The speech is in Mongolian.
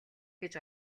гэж